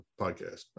podcast